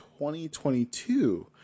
2022